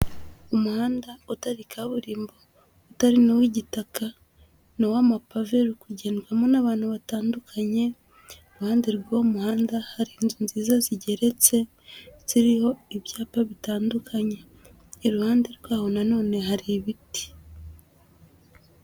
Umuhanda utari kaburimbo, utari n'uw'igitaka, ni uw'amapave uri kugendwamo n'abantu batandukanye, iruhande rw'uwo muhanda hari inzu nziza zigeretse, ziriho ibyapa bitandukanye, iruhande rwawo na none hari ibiti.